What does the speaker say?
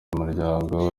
umuryango